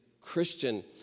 Christian